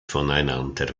voneinander